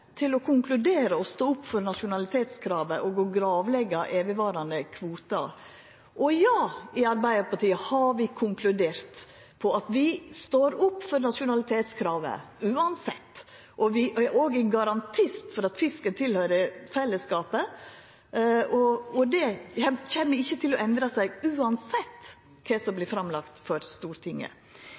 til å konkludera og stå opp for nasjonalitetskravet og å gravleggja evigvarande kvotar. I Arbeidarpartiet har vi konkludert med at vi står opp for nasjonalitetskravet, uansett, og vi er òg ein garantist for at fisken høyrer til fellesskapen. Det kjem ikkje til å endra seg, uansett kva som vert lagt fram for Stortinget.